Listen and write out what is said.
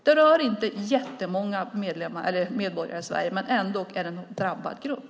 Det rör inte jättemånga medborgare i Sverige, men de är ändå en drabbad grupp.